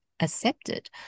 accepted